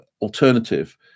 alternative